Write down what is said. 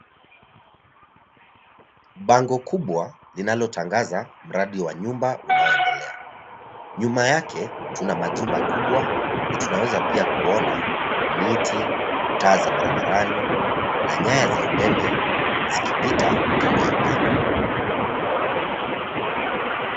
Bango kubwa, linalotangaza mradi wa nyumba unaoendelea. Nyuma yake, tuna majumba kubwa, na tunaweza pia kuona miti, taa za barabarani, na nyaya za umeme, zikipita kando ya bango.